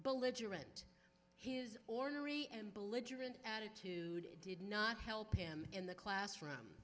belligerent hughes ornery and belligerent attitude did not help him in the classroom